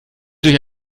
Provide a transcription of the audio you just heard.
durch